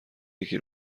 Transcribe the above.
یکی